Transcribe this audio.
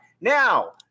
Now